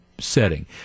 setting